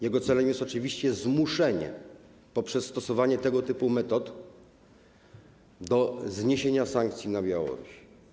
Jego celem jest oczywiście zmuszenie - poprzez stosowanie tego typu metod - do zniesienia sankcji na Białoruś.